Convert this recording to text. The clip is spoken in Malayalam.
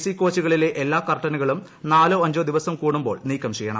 സി കോച്ചുകളിലെ എല്ലാ കർട്ടനുകളും നാലോ അഞ്ചോ ദിവസം കൂടുമ്പോൾ നീക്കം ചെയ്യണം